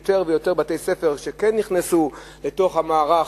יש יותר ויותר בתי-ספר שכן נכנסו לתוך המערך,